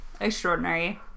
Extraordinary